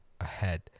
ahead